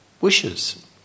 wishes